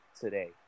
today